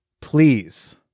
Please